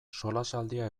solasaldia